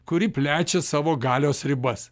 kuri plečia savo galios ribas